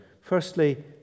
Firstly